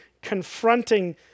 confronting